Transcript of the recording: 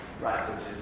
Right